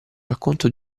racconto